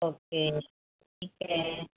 okay ठीक आहे